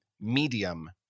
medium